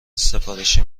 سفارشی